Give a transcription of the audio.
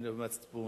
ממצפון,